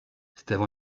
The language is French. steve